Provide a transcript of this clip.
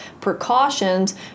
precautions